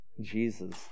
Jesus